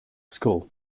school